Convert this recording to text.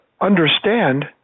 understand